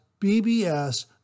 BBS